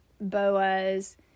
boas